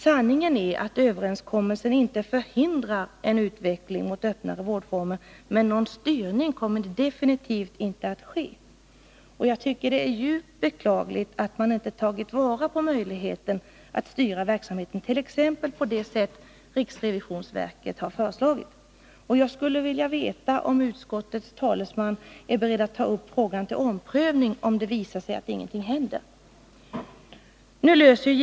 Sanningen är att överenskommelsen inte förhindrar en utveckling mot öppnare vårdformer, men någon styrning kommer definitivt inte att ske. Jag tycker det är djupt beklagligt att man inte tagit vara på möjligheten att styra verksamheten, t.ex. på det sätt riksrevisionsverket har föreslagit. Jag skulle vilja veta om utskottets talesman är beredd att ta upp frågan till omprövning, om det visar sig att ingenting händer.